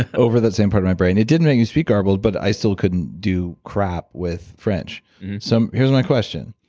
ah over that same part of my brain. it didn't make me speak garbled, but i still couldn't do crap with french mm-hmm so here's my question.